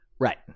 Right